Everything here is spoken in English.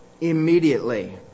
immediately